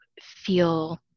feel